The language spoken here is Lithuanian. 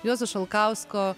juozo šalkausko